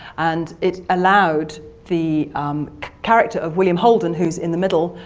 and it allowed the character of william holden, who's in the middle,